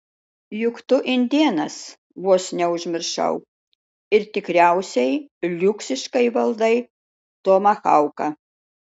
juk tu indėnas vos neužmiršau ir tikriausiai liuksiškai valdai tomahauką